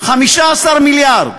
15 מיליארד.